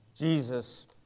Jesus